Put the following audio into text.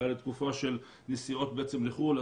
או תקופה של נסיעות לחו"ל,